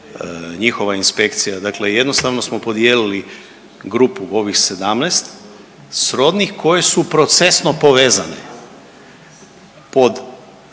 njihova inspekcija, dakle jednostavno smo podijelili grupu ovih 17 srodnih koje su procesno povezane pod